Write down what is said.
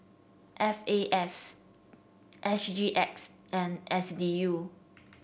F A S S G X and S D U